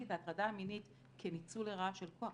את ההטרדה המינית כניצול לרעה של כוח